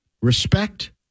Respect